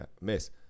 Miss